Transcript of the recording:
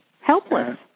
Helpless